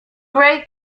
gray